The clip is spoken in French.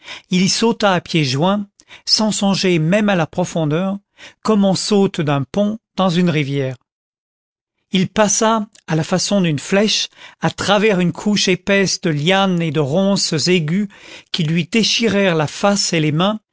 il y sauta à pieds joints sans songer même à la profondeur comme on saute d'un pont dans une rivière il passa à la façon d'une flèche à travers une couche épaisse de lianes et de ronces aiguës qui lui déchirèrent la face et les mains